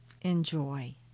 Enjoy